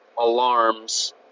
alarms